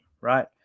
right